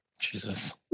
jesus